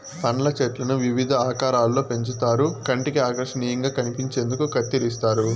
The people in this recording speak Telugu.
పండ్ల చెట్లను వివిధ ఆకారాలలో పెంచుతారు కంటికి ఆకర్శనీయంగా కనిపించేందుకు కత్తిరిస్తారు